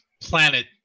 planet